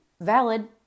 valid